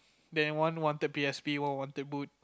then everyone wanted P_S_P everyone wanted bo~